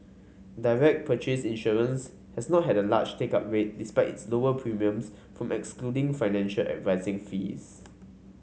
direct purchase insurance has not had a large take up rate despite its lower premiums from excluding financial advising fees